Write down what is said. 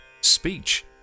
Speech